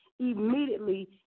Immediately